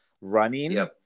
running